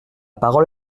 parole